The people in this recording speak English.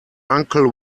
uncle